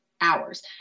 hours